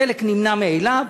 חלק נמנע מאליו.